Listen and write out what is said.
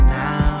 now